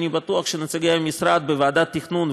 אני בטוח שנציגי המשרד בוועדת התכנון,